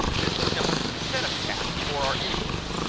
this will jump us to the setup tab for our inputs.